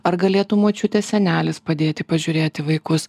ar galėtų močiutė senelis padėti pažiūrėti vaikus